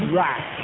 right